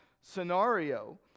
scenario